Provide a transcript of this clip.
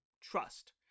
trust